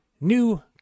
new